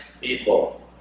people